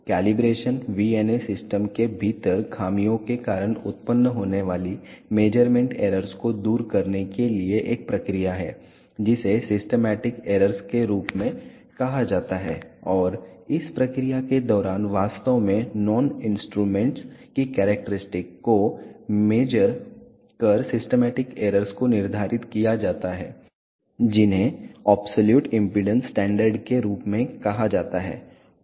calibration VNA system के भीतर खामियों के कारण उत्पन्न होने वाली मेज़रमेंट एरर्स को दूर करने के लिए एक प्रक्रिया है जिसे सिस्टमैटिक एरर्स के रूप में कहा जाता है और इस प्रक्रिया के दौरान वास्तव में नोन इंस्ट्रूमेंटस की कैरेक्टरस्टिक को मेज़र कर सिस्टमैटिक एरर्स को निर्धारित किया जाता है जिन्हें अब्सोलुट इम्पीडेन्स स्टैंडर्ड के रूप में कहा जाता है